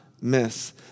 miss